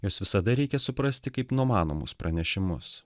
juos visada reikia suprasti kaip numanomus pranešimus